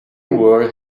were